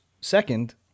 second